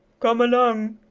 come along!